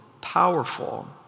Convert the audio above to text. powerful